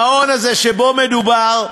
המעון הזה, שבו מדובר,